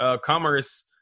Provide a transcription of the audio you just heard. Commerce